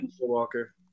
Walker